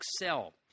excel